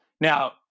Now